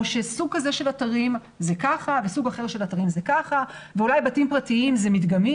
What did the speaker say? שבסוג כזה של אתרים זה ככה ובסוג אחר זה אחרת ואולי בתים פרטיים זה מדגמי,